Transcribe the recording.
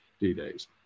D-Days